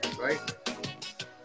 right